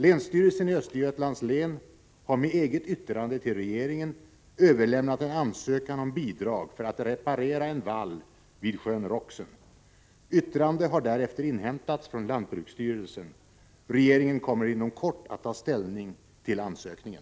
Länsstyrelsen i Östergötlands län har med eget yttrande till regeringen överlämnat en ansökan om bidrag för att reparera en vall vid sjön Roxen. Yttrande har därefter inhämtats från lantbruksstyrelsen. Regeringen kommer inom kort att ta ställning till ansökningen.